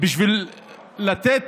בשביל לתת,